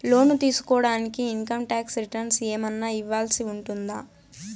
లోను తీసుకోడానికి income tax returns ఏమన్నా ఇవ్వాల్సి ఉంటుందా